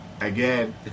Again